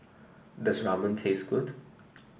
does Ramen taste good